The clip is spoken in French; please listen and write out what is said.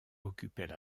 occupaient